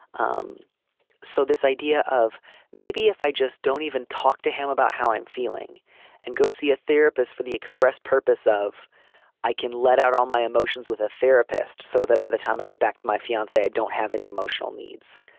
um so this idea of maybe if i just don't even talk to him about how i'm feeling and go see a therapist for the express purpose of i can let out all my emotions with a therapist so that by the time i get back to my fiancee i don't have any emotional needs.